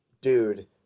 dude